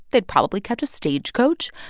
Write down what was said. they'd probably catch a stagecoach.